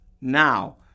now